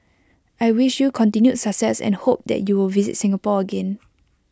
I wish you continued success and hope that you will visit Singapore again